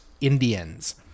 Indians